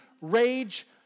rage